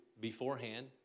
beforehand